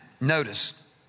notice